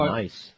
nice